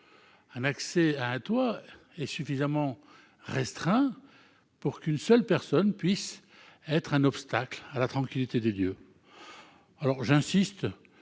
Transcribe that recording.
Un accès à un toit est suffisamment restreint pour qu'une seule personne puisse être un obstacle à la tranquillité des lieux. À mes yeux,